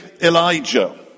Elijah